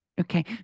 Okay